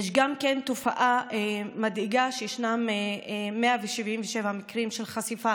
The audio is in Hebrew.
יש תופעה מדאיגה: יש 177 מקרים של חשיפה